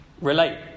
relate